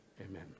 amen